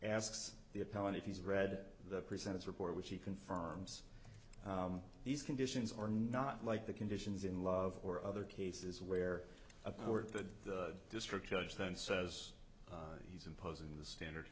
asks the appellant if he's read the presents report which he confirms these conditions are not like the conditions in love or other cases where a court the district judge then says he's imposing the standard